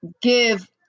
give